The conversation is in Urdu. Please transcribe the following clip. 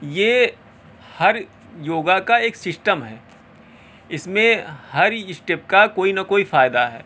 یہ ہر یوگا کا ایک سسٹم ہے اس میں ہر اسٹیپ کا کوئی نہ کوئی فائدہ ہے